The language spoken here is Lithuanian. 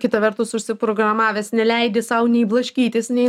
kita vertus užsiprogramavęs neleidi sau nei blaškytis nei